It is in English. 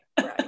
Right